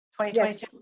2022